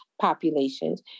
populations